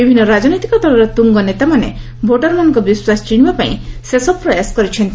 ବିଭିନ୍ନ ରାଜନୈତିକ ଦଳର ତୁଙ୍ଗ ନେତାମାନେ ଭୋଟରମାନଙ୍କ ବିଶ୍ୱାସ ଜିଣିବା ପାଇଁ ଶେଷ ପ୍ରୟାସ କରିଛନ୍ତି